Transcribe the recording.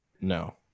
No